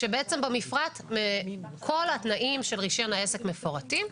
כשבעצם במפרט כל התנאים של רישיון העסק מפורטים.